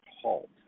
halt